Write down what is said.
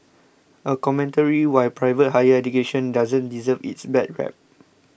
a commentary why private higher education doesn't deserve its bad rep